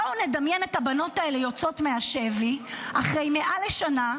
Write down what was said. בואו נדמיין את הבנות האלה יוצאות מהשבי אחרי מעל שנה,